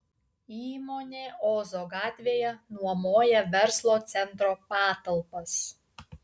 įmonė ozo gatvėje nuomoja verslo centro patalpas